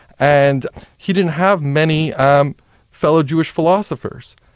and he didn't have many um fellow jewish philosophers.